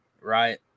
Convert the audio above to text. right